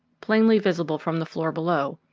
plainly visible from the floor below,